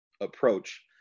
approach